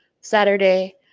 Saturday